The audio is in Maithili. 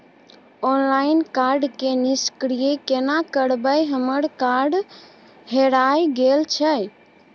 ऑनलाइन कार्ड के निष्क्रिय केना करबै हमर कार्ड हेराय गेल छल?